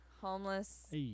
Homeless